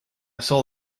saw